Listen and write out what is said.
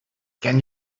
can